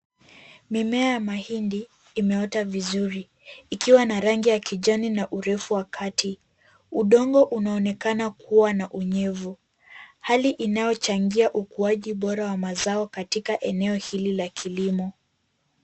Mimea ya mahindi imeota vizuri, ikiwa na rangi ya kijani na urefu wa kati. Udongo unaonekana kuwa na unyevu. Hali inayochangia ukuaji bora wa mazao katika eneo hili la kilimo.